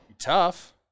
tough